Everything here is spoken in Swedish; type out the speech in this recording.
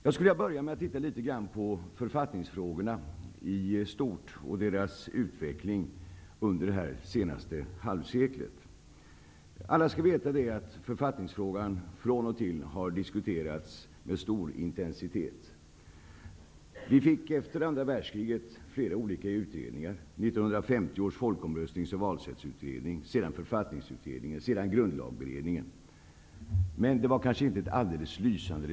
Jag skulle vilja börja med att litet grand titta på författningsfrågan i stort samt utvecklingen i det avseendet under det senaste halvseklet. Alla skall veta att författningsfrågan från och till har diskuterats med stor intensitet. Efter andra världskriget tillsattes flera olika utredningar. Vi har Sedan kom författningsutredningen. Därefter kom grundlagberedningen. Men resultatet var kanske inte så lysande.